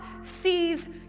sees